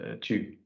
two